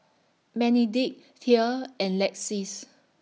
Benedict Thea and Lexis